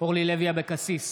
אורלי לוי אבקסיס,